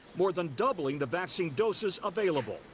more than doubling the vaccine doses available.